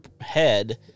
head